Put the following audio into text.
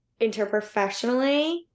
interprofessionally